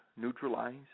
neutralized